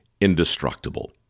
indestructible